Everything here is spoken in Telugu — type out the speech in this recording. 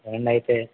ఏందైతే